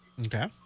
Okay